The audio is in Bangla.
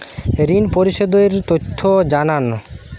ঋন পরিশোধ এর তথ্য জানান